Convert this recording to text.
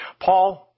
Paul